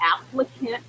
applicant